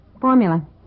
formula